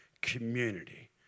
community